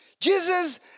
Jesus